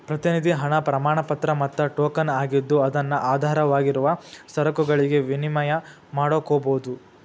ಪ್ರತಿನಿಧಿ ಹಣ ಪ್ರಮಾಣಪತ್ರ ಮತ್ತ ಟೋಕನ್ ಆಗಿದ್ದು ಅದನ್ನು ಆಧಾರವಾಗಿರುವ ಸರಕುಗಳಿಗೆ ವಿನಿಮಯ ಮಾಡಕೋಬೋದು